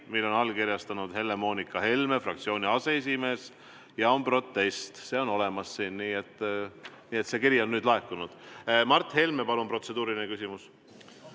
mille on allkirjastanud Helle-Moonika Helme, fraktsiooni aseesimees, see protest on seega olemas. Nii et see kiri on nüüd laekunud. Mart Helme, palun, protseduuriline küsimus!